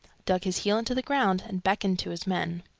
dug his heel into the ground, and beckoned to his men.